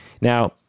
Now